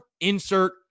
insert